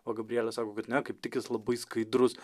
va gabrielė sako kad ne kaip tik jis labai skaidrus